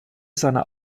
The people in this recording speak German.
seiner